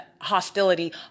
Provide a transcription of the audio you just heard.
hostility